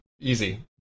Easy